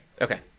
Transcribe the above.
Okay